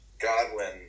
Godwin